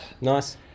Nice